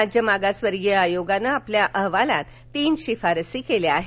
राज्य मागासवर्गीय आयोगाने आपल्या अहवालात तीन शिफारशी केल्या आहेत